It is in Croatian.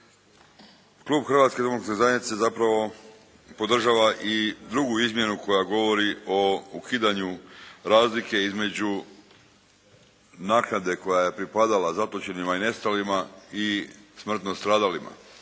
Klub Hrvatske demokratske zajednice zapravo podržava i drugu izmjenu koja govori o ukidanju razlike između naknade koja je pripadala zatočenima i nestalima i smrtno stradalima